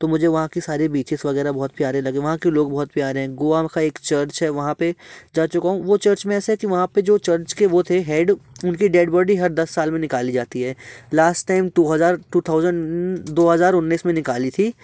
तो मुझे वहाँ के सारे बीचेस वगैरह बहुत प्यारे लगे वहाँ के लोग बहुत प्यारे हैं गोवा का एक चर्च है वहाँ पे जा चुका हूँ वो चर्च में ऐसे की वहाँ पे जो चर्च के वो थे हेड उनके डेड बॉडी हर दस साल में निकाली जाती है लास्ट टाइम दो हज़ार टू थाउजेंट दो हज़ार उन्नीस में निकाली थी